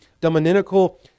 dominical